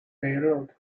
beirut